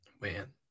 man